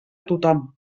tothom